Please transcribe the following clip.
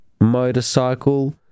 Motorcycle